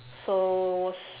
so